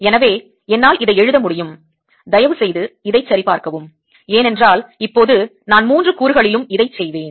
எனவே என்னால் இதை எழுத முடியும் தயவுசெய்து இதைச் சரிபார்க்கவும் ஏனென்றால் இப்போது நான் மூன்று கூறுகளிலும் இதைச் செய்வேன்